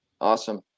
Awesome